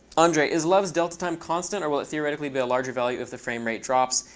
andre, is love's delta time constant, or will it theoretically be a larger value if the frame rate drops?